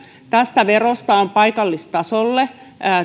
tästä verosta on paikallistasolle